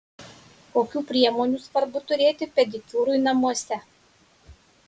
kokių priemonių svarbu turėti pedikiūrui namuose